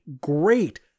great